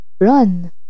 run